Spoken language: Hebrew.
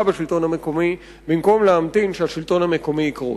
בשלטון המקומי במקום להמתין שהשלטון המקומי יקרוס.